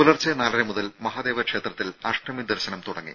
പുലർച്ചെ നാലര മുതൽ മഹാദേവ ക്ഷേത്രത്തിൽ അഷ്ടമി ദർശനം തുടങ്ങി